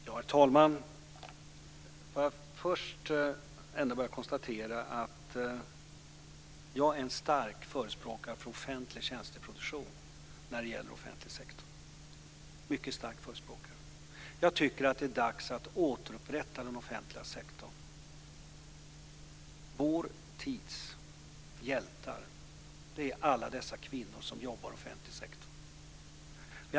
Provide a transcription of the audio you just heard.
Herr talman! Får jag först ändå bara konstatera att jag är en stark förespråkare för offentlig tjänsteproduktion när det gäller offentlig sektor, en mycket stark förespråkare. Jag tycker att det är dags att återupprätta den offentliga sektorn. Vår tids hjältar är alla dessa kvinnor som jobbar i offentlig sektor.